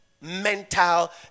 mental